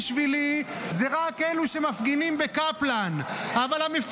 זה משפיע על הורדת הדירוג?